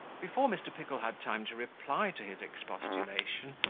before mr. pickle had time to reply to his expostulation,